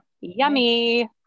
Yummy